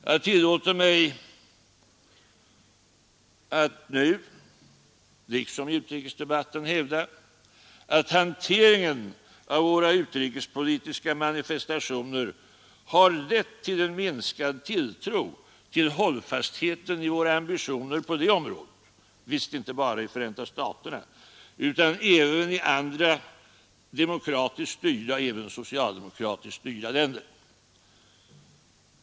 Jag tillåter mig att nu liksom i utrikesdebatten hävda att hanteringen av våra utrikespolitiska manifestationer har lett till en minskad tilltro till hållfastheten i våra ambitioner på det området, visst inte bara i Förenta staterna utan även i andra demokratiskt — även socialdemokratiskt — styrda länder.